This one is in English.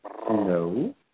No